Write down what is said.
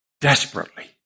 desperately